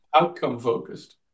outcome-focused